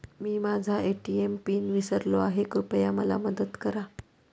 मी माझा ATM PIN विसरलो आहे, कृपया मला मदत करा